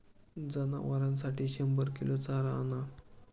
जनावरांसाठी शंभर किलो चारा आणा